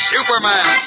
Superman